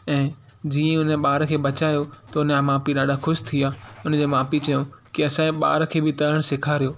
ऐं जीअं उन ॿार खे बचायो त उन जा माउ पीउ ॾाढा ख़ुशि थी विया हुन जे माउ पीउ चयो की असांजे ॿार खे बि तरण सेखारियो